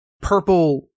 purple